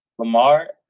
Lamar